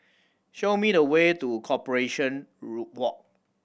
show me the way to Corporation Walk